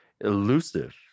elusive